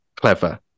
clever